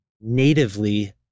natively